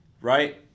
right